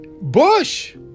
Bush